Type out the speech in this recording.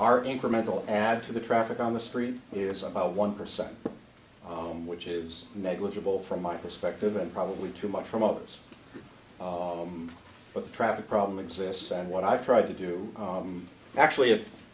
our incremental add to the traffic on the street is about one percent on which is negligible from my perspective and probably too much from others but the traffic problem exists and what i've tried to do arm actually i